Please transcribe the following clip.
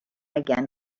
again